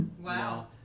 Wow